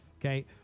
okay